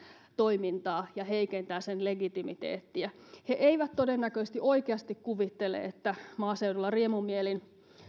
toimintaa ja heikentää sen legitimiteettiä he eivät todennäköisesti oikeasti kuvittele että maaseudulla riemumielin